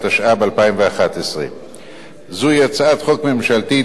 התשע"ב 2012. זוהי הצעת חוק ממשלתית,